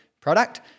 product